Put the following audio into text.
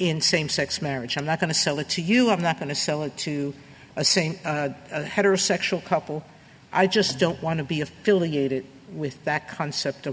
in same sex marriage i'm not going to sell it to you i'm not going to sell it to a same heterosexual couple i just don't want to be affiliated with that concept of